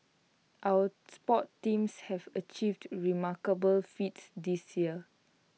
our sports teams have achieved remarkable feats this year